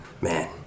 man